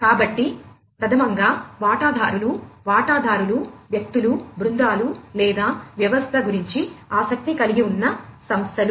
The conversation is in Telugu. కాబట్టి ప్ప్రథమంగా వాటాదారులు వాటాదారులు వ్యక్తులు బృందాలు లేదా వ్యవస్థ గురించి ఆసక్తి కలిగి ఉన్న సంస్థలు